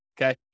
okay